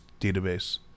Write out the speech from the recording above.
database